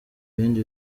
ibindi